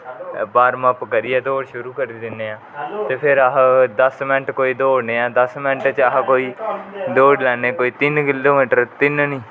बारम up करियै दौड शुरु करी दिने हां ते फिर अस दस मेन्ट कोई दौड़ने हा ते दस मेन्ट च अस कोई दौडी लेने कोई तिन किलो मिटर तिन नेई